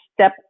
step